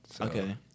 okay